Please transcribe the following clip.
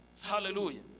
Hallelujah